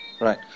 Right